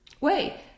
Wait